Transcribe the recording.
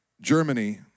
Germany